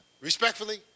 Respectfully